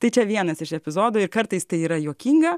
tai čia vienas iš epizodų ir kartais tai yra juokinga